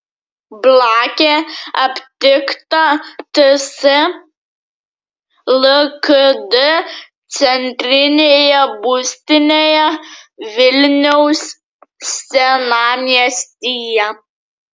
blakė aptikta ts lkd centrinėje būstinėje vilniaus senamiestyje